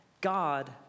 God